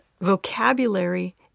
vocabulary